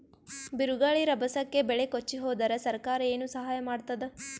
ಬಿರುಗಾಳಿ ರಭಸಕ್ಕೆ ಬೆಳೆ ಕೊಚ್ಚಿಹೋದರ ಸರಕಾರ ಏನು ಸಹಾಯ ಮಾಡತ್ತದ?